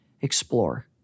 explore